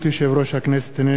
הנני מתכבד להודיעכם,